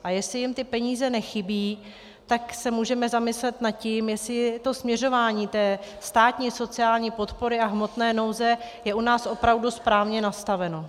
A jestli jim ty peníze nechybí, tak se můžeme zamyslet nad tím, jestli to směřování státní sociální podpory a hmotné nouze je u nás opravdu správně nastaveno.